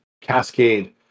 Cascade